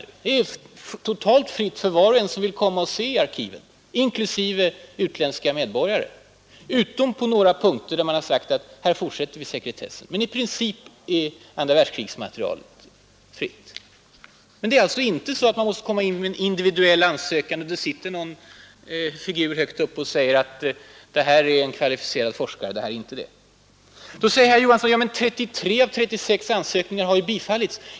Materialet är helt fritt för var och en, inklusive utländska medborgare, som vill ta del av det i arkiven — utom på en del punkter, där man förlänger sekretessen. Men i Princip är andra världskrigets material fritt. Man är alltså inte tvungen att inkomma med en individuell ansökan. Det sitter inte någon figur högt uppe och säger att det här är en ”kvalificerad forskare” men detta är inte någon sådan forskare. Nu säger herr Johansson i Trollhättan att 33 av 36 ansökningar har ju ändå bifallits.